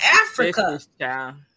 Africa